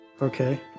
Okay